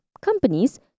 companies